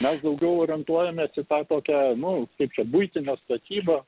mes daugiau orientuojamės į tą tokią nu kaip čia buitinę statybą